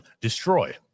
destroy